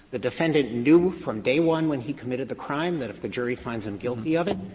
the defendant knew from day one when he committed the crime that if the jury finds him guilty of it,